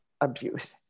abuse